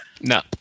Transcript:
No